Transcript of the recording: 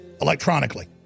electronically